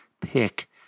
pick